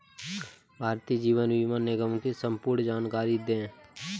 भारतीय जीवन बीमा निगम की संपूर्ण जानकारी दें?